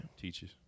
Teachers